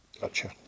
Gotcha